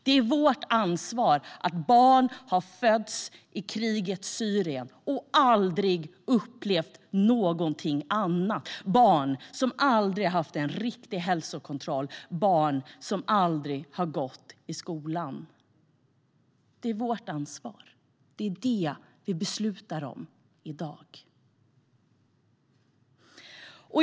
Det är vårt ansvar att barn har fötts i krigets Syrien och aldrig upplevt något annat, barn som aldrig haft en riktig hälsokontroll, barn som aldrig har gått i skola. Det är vårt ansvar. Det är det vi beslutar om i dag.